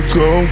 go